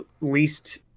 least